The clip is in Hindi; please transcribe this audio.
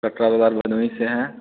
कटरा बाज़ार भदोही से हैं